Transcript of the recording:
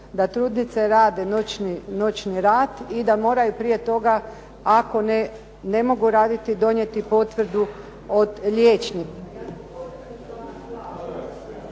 da trudnice rade noćni rad i da moraju prije toga ako ne mogu raditi donijeti potvrdu od liječnika